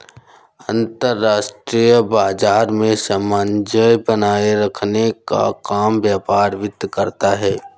अंतर्राष्ट्रीय बाजार में सामंजस्य बनाये रखने का काम व्यापार वित्त करता है